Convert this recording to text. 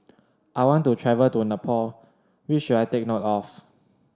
I want to travel to Nepal what should I take note of